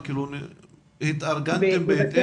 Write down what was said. האם התארגנתם בהתאם?